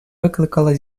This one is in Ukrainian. викликала